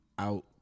out